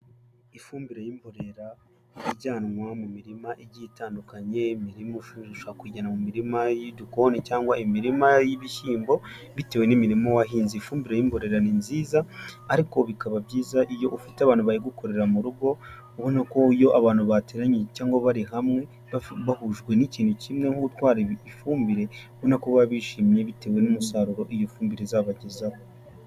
Ifumbire y'imborera ijyanwa mu mirima igiye itandukanye, imirima ushobora kuyijyana mu mirima y'igikoni cyangwa imirima y'ibishyimbo, bitewe n'imirima wahinze. Ifumbire y'imborera ni nziza ariko bikaba byiza iyo ufite abantu bayigukorera mu rugo, ubona ko iyo abantu bateranye cyangwa bari hamwe bahujwe n'ikintu kimwe nko gutwara ifumbire, urabona ko baba bishimye bitewe n'umusaruro iyi fumbire izabagezaho.